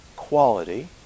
quality